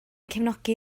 cefnogi